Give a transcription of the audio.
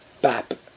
bap